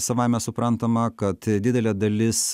savaime suprantama kad didelė dalis